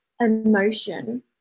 emotion